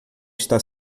está